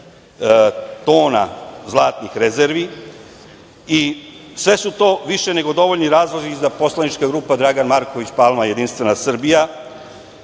tona zlatnih rezervi i sve su to više nego dovoljni razlozi da poslanička grupa Dragan Marković Palma Jedinstvena Srbija